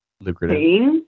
lucrative